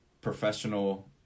professional